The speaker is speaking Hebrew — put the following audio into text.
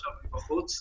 עכשיו מבחוץ,